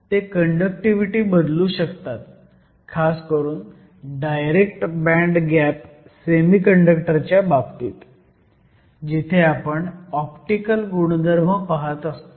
ते कंडक्टिव्हिटी बदलू शकतात खासकरून डायरेक्ट बँड गॅप सेमी कंडक्टरच्या बाबतीत जिथे आपण ऑप्टिकल गुणधर्म पाहत असतो